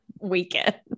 Weekend